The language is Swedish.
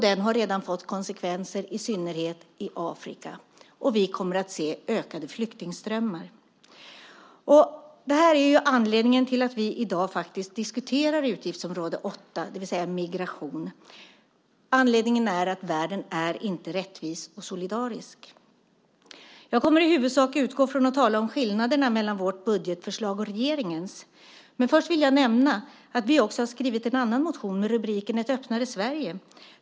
Den har redan fått konsekvenser i synnerhet i Afrika. Vi kommer att se ökade flyktingströmmar. Detta är anledningen till att vi i dag diskuterar utgiftsområde 8 Migration. Anledningen är att världen inte är rättvis och solidarisk. Jag kommer i huvudsak att utgå från skillnaderna mellan vårt budgetförslag och regeringens förslag. Men först vill jag nämna att vi också har skrivit en annan motion med rubriken Ett öppnare Sverige.